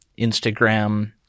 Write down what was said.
Instagram